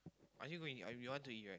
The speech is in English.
are you going or we want to eat right